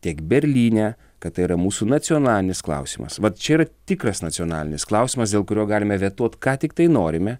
tiek berlyne kad tai yra mūsų nacionalinis klausimas vat čia yra tikras nacionalinis klausimas dėl kurio galime vetuot ką tiktai norime